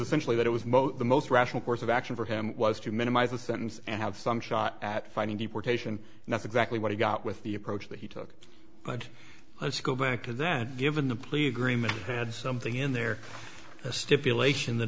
essentially that it was the most rational course of action for him was to minimize the sentence and have some shot at fighting deportation enough exactly what he got with the approach that he took but let's go back to that given the plea agreement had something in there a stipulation that